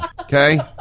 Okay